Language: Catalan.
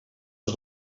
els